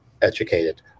educated